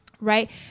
Right